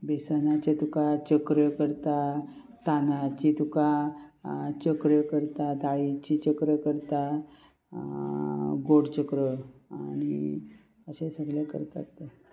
बेसनाचे तुका चकऱ्यो करता तांदळाची तुका चकऱ्यो करता दाळीची चकऱ्यो करता गोड चकऱ्यो आनी अशें सगळें करतात